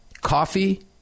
coffee